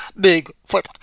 Bigfoot